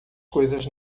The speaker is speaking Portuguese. coisas